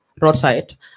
roadside